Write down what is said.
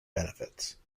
benefits